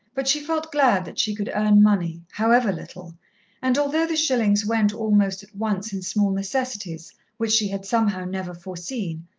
but she felt glad that she could earn money, however little and although the shillings went almost at once in small necessities which she had somehow never foreseen,